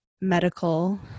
medical